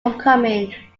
homecoming